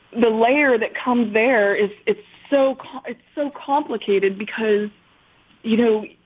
the layer that comes there is it's so it's so complicated because you